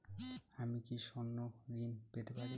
আমি কি স্বর্ণ ঋণ পেতে পারি?